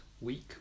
week